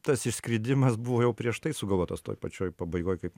tas išskridimas buvo jau prieš tai sugalvotas toj pačioj pabaigoj kaip